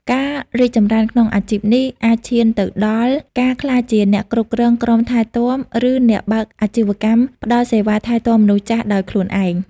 ការរីកចម្រើនក្នុងអាជីពនេះអាចឈានទៅដល់ការក្លាយជាអ្នកគ្រប់គ្រងក្រុមថែទាំ ឬអ្នកបើកអាជីវកម្មផ្តល់សេវាថែទាំមនុស្សចាស់ដោយខ្លួនឯង។